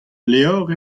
levr